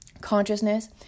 consciousness